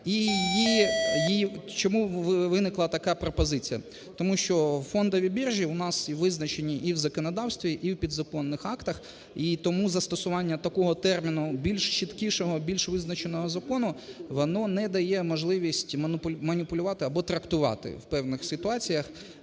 Чому виникла така пропозиція? Тому що фондові біржі у нас визначені і в законодавстві, і в підзаконних актах, і тому застосування такого терміну, більш чіткішого, більш визначеного закону, воно не дає можливості маніпулювати або трактувати в певних ситуаціях